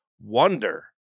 wonder